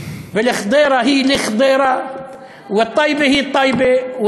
ואל-חדרה היא אל-חדרה וטייבה היא טייבה,